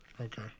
Okay